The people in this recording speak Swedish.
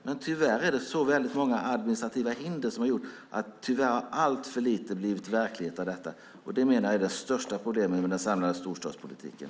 Men tyvärr har det varit så många administrativa hinder att allt för lite har blivit verklighet av detta. Det menar jag är det största problemet med den samlade storstadspolitiken.